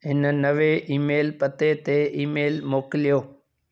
हिन नवे ईमेल पते ते ईमेल मोकिलियो